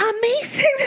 amazing